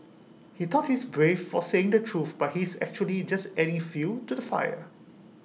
he thought he's brave for saying the truth but he's actually just adding fuel to the fire